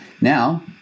Now